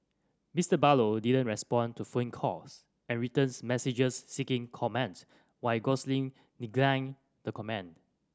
Mister Barlow didn't respond to phone calls and written messages seeking comment while Gosling declined to comment